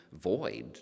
void